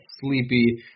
sleepy